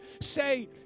say